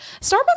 Starbucks